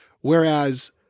Whereas